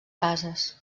cases